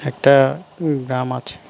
একটা গ্রাম আছে